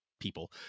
people